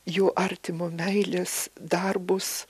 jų artimo meilės darbus